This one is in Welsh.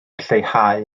lleihau